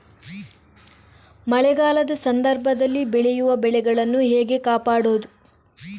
ಮಳೆಗಾಲದ ಸಂದರ್ಭದಲ್ಲಿ ಬೆಳೆಯುವ ಬೆಳೆಗಳನ್ನು ಹೇಗೆ ಕಾಪಾಡೋದು?